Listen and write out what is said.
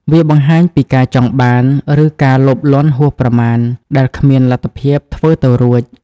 វាបង្ហាញពីការចង់បាន ឬការលោភលន់ហួសប្រមាណ ដែលគ្មានលទ្ធភាពធ្វើទៅរួច។